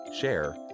share